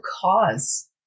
cause